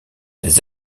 des